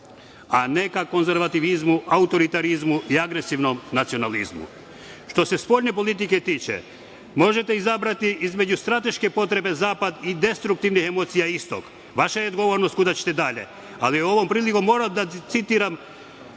a ne ka konzervativizmu, autoritarizmu i agresivnom nacionalizmu. Što se spoljne politike tiče, možete izabrati između strateške potrebe – Zapad i destruktivnih emocija – Istok. Vaša je odgovornost kuda ćete dalje. Ali ovom prilikom moram da citiram